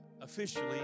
officially